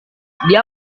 dia